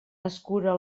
escura